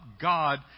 God